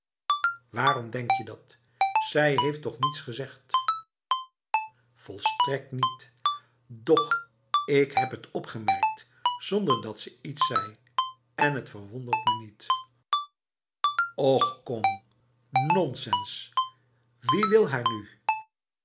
waarom denk je dat zij heeft toch niets gezegd volstrekt niet doch ik heb het opgemerkt zonder dat ze iets zei en het verwondert me niet och kom nonsens wie wil haar nu